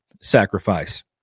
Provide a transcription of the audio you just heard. sacrifice